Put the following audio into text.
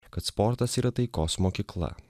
kad sportas yra taikos mokykla